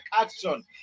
action